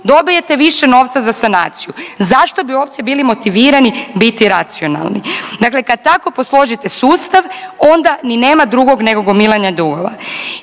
dobijete više novca za sanaciju. Zašto bi uopće bili motivirani biti racionalni? Dakle, kad tak posložite sustav onda ni nema drugog nego gomilanja dugova.